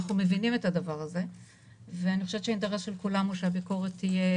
אנחנו מבינים את הדבר הזה והאינטרס של כולנו הוא שביקורת תהיה